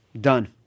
Done